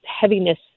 heaviness